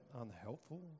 unhelpful